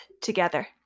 together